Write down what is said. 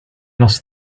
lost